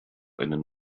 einen